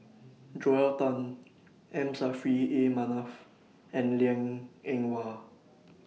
Joel Tan M Saffri A Manaf and Liang Eng Hwa